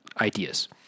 ideas